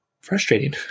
frustrating